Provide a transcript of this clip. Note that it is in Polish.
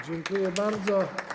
Dziękuję bardzo.